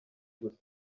gusa